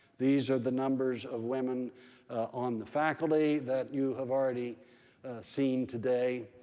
these are the numbers of women on the faculty that you have already seen today.